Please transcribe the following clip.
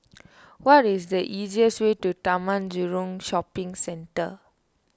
what is the easiest way to Taman Jurong Shopping Centre